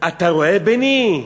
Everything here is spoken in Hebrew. אתה רואה, בני?